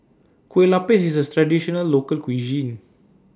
Kueh Lupis IS A Traditional Local Cuisine